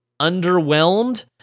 underwhelmed